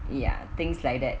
ya things like that